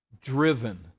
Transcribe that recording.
Driven